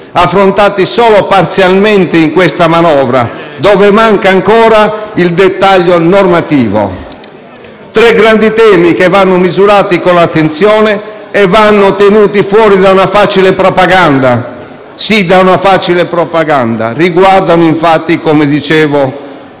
affrontati solo parzialmente nella manovra, dove manca ancora il dettaglio normativo. Tre grandi temi che vanno misurati con attenzione e tenuti fuori da una facile propaganda. Sì, da una facile propaganda. Essi riguardano infatti la vita